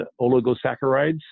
oligosaccharides